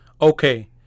Okay